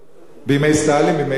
בימי סטלין, בימי לנין?